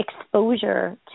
exposure